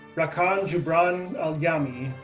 rakan jubran alyami,